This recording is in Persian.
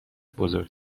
بزرگ